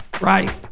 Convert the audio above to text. Right